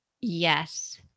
Yes